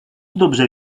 dobře